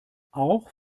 auch